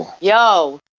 Yo